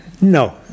No